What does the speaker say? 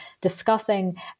discussing